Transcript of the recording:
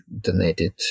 donated